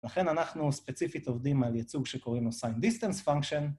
ולכן אנחנו ספציפית עובדים על ייצוג שקוראים לו sign distance function